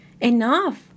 enough